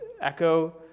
echo